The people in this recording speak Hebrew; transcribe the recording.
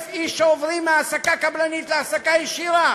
איש שעוברים מהעסקה קבלנית להעסקה ישירה